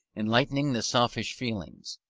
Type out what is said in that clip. enlightening the selfish feelings.